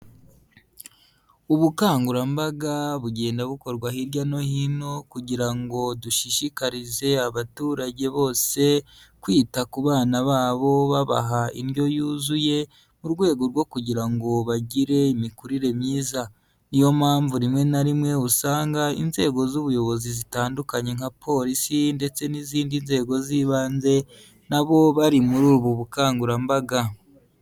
Ubukangurambaga bugenda bukorwa hirya no hino, kugira ngo dushishikarize abaturage bose kwita ku bana babo babaha indyo yuzuye, mu rwego rwo kugira ngo bagire imikurire myiza, niyo mpamvu rimwe na rimwe usanga inzego z'ubuyobozi zitandukanye nka polisi ndetse n'izindi nzego z'ibanze nabo bari muri ubu bukangurambaga.